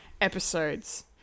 episodes